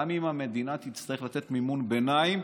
גם אם המדינה תצטרך לתת מימון ביניים,